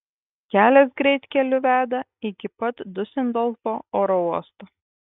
kelias greitkeliu veda iki pat diuseldorfo oro uosto